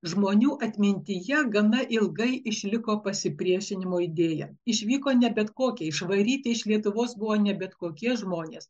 žmonių atmintyje gana ilgai išliko pasipriešinimo idėja išvyko ne bet kokie išvaryti iš lietuvos kone bet kokie žmonės